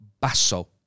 basso